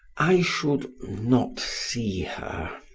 i should not see her,